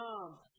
come